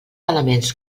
elements